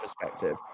perspective